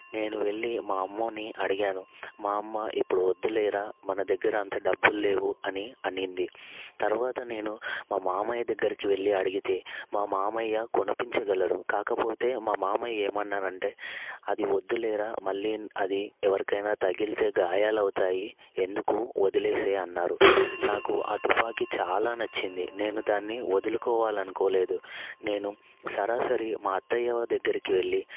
నేను వెళ్ళి మా అమ్మని అడిగాను మా అమ్మ ఇప్పుడు వద్దులేరా మన దగ్గర అంత డబ్బులు లేవు అని అనింది తర్వాత నేను మా మామయ్య దగ్గరికి వెళ్ళి అడిగితే మా మామయ్య కొనిపించగలరు కాకపోతే మా మామయ్య ఏమన్నారంటే అది వద్దులేరా మళ్ళీ అది ఎవరికైనా తగిలితే గాయాలు అవుతాయి ఎందుకు వదిలేసేయి అన్నారు నాకు ఆ తుపాకీ చాలా నచ్చింది నేను దాన్ని వదులుకోవాలి అనుకోలేదు నేను సరాసరి మా అత్తయ్య వాళ్ళ దగ్గరికి వెళ్ళి